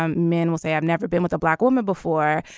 um men will say i've never been with a black woman before.